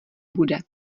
bude